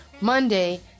Monday